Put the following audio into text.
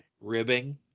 ribbing